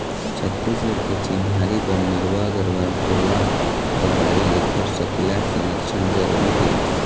छत्तीसगढ़ के चिन्हारी बर नरूवा, गरूवा, घुरूवा अउ बाड़ी ऐखर सकेला, संरक्छन जरुरी हे